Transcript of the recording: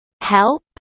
help